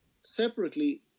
separately